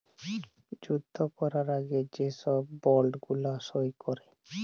যুদ্ধ ক্যরার আগে যে ছব বল্ড গুলা সই ক্যরে